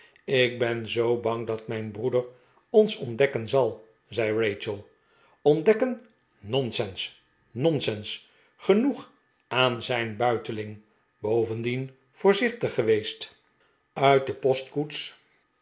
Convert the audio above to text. ik ben zoo bang dat mijn broeder ons ontdekken zal zei rachel ontdekken nonsens nonsens genoeg aan zijn buiteling bovendien voorzichtig geweest uit de postkoets